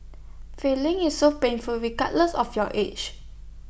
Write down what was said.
filing is so painful regardless of your age